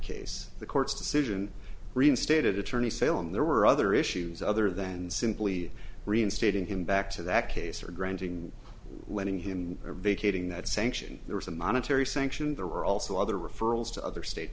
case the court's decision reinstated attorney salem there were other issues other than simply reinstating him back to that case or granting letting him or vacating that sanction there was a monetary sanction there were also other referrals to other state